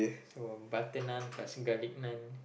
so butter naan plus garlic naan